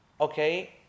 okay